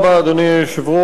לא לשנות,